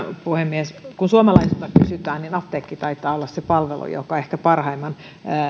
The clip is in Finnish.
puhemies kun suomalaisilta kysytään niin apteekki taitaa olla se palvelu joka saa ehkä parhaimman